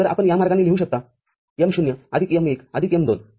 तर आपण या मार्गाने लिहू शकता m० आदिक m१ आदिक m२